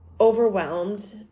overwhelmed